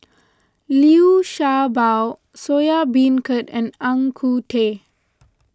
Liu Sha Bao Soya Beancurd and Ang Ku Kueh